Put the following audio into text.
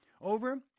Over